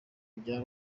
kujya